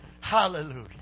Hallelujah